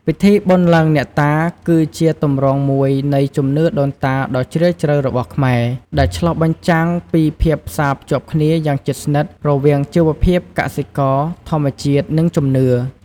ពិធីបុណ្យឡើងអ្នកតា គឺជាទម្រង់មួយនៃជំនឿដូនតាដ៏ជ្រាលជ្រៅរបស់ខ្មែរ ដែលឆ្លុះបញ្ចាំងពីភាពផ្សារភ្ជាប់គ្នាយ៉ាងជិតស្និទ្ធរវាងជីវភាពកសិករ ធម្មជាតិ និងជំនឿ។